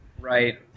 right